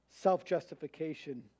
self-justification